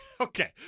Okay